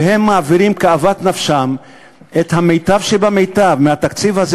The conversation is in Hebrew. והן מעבירות כאוות נפשן את המיטב שבמיטב מהתקציב הזה,